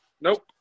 Nope